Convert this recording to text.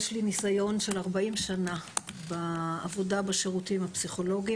יש לי ניסיון של 40 שנה בעבודה בשירותים הפסיכולוגיים.